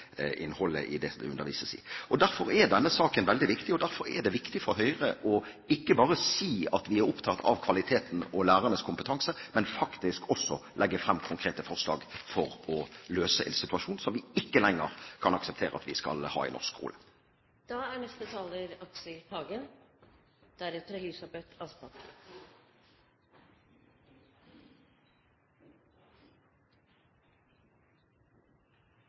innholdet i det som det undervises i. Derfor er denne saken veldig viktig. Derfor er det viktig for Høyre ikke bare å si at vi er opptatt av kvaliteten og lærernes kompetanse, men faktisk også å legge fram konkrete forslag for å løse en situasjon som vi ikke lenger kan akseptere at vi skal ha i norsk skole.